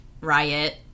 riot